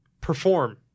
perform